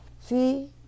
See